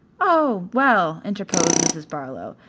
oh, well, interposed mrs. barlow,